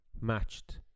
matched